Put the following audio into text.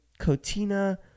cotina